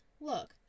Look